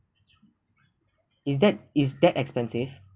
is that is that expensive